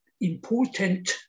important